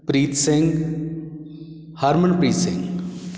Preet Singh Harmanpreet Singh